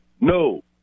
No